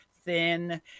thin